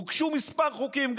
הוגשו כמה חוקים,